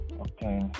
okay